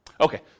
Okay